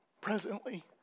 presently